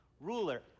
ruler